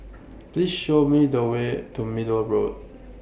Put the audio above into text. Please Show Me The Way to Middle Road